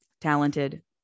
talented